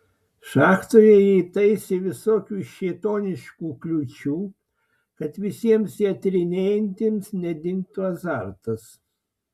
šachtoje jie įtaisė visokių šėtoniškų kliūčių kad visiems ją tyrinėjantiems nedingtų azartas